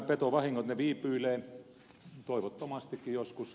ne viipyilevät toivottomastikin joskus